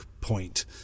point